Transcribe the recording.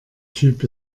typ